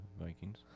Vikings